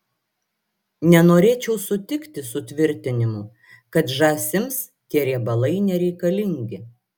nenorėčiau sutikti su tvirtinimu kad žąsims tie riebalai nereikalingi